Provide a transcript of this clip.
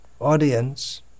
audience